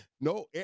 No